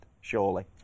surely